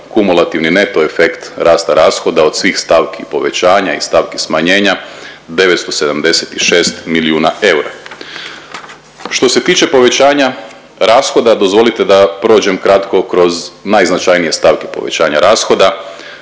kumulativni neto efekt rasta rashoda od svih stavki povećanja i stavki smanjenja 976 milijuna eura. Što se tiče povećanja rashoda dozvolite da prođem kratko kroz najznačajnije stavke povećanja rashoda.